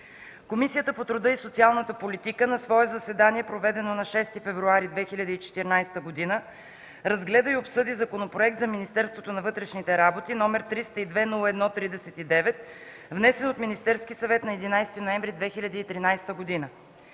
Комисията по труда и социалната политика на свое заседание, проведено на 6 февруари 2014 г., разгледа и обсъди Законопроект за Министерството на вътрешните работи, № 302-01-39, внесен от Министерски съвет на 11 ноември 2013 г.